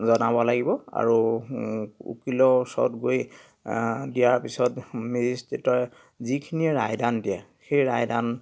জনাব লাগিব আৰু উকিলৰ ওচৰত গৈ দিয়াৰ পিছত মেজিষ্ট্ৰেটে যিখিনি ৰায়দান দিয়ে সেই ৰায়দান